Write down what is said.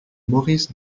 maurice